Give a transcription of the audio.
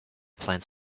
plant